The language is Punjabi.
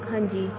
ਹਾਂਜੀ